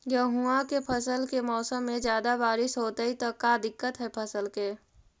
गेहुआ के फसल के मौसम में ज्यादा बारिश होतई त का दिक्कत हैं फसल के?